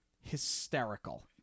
hysterical